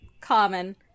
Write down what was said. Common